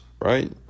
right